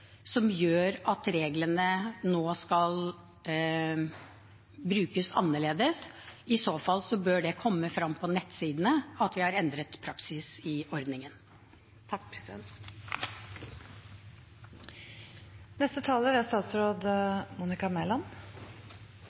som gjør at reglene nå skal brukes annerledes? I så fall bør det kommer frem på nettsidene at vi har endret praksis i ordningen.